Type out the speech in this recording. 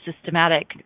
systematic